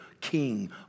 King